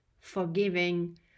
forgiving